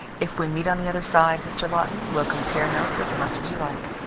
if we meet on the other side, mr. lawton, we'll compare notes as much as you like.